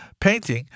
painting